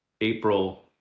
April